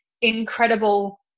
incredible